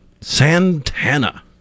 santana